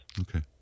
Okay